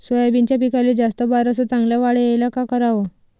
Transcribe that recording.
सोयाबीनच्या पिकाले जास्त बार अस चांगल्या वाढ यायले का कराव?